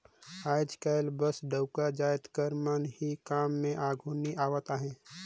आएज काएल बस डउका जाएत कर मन ही काम में आघु नी आवत अहें